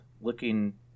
looking